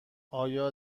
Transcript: آیا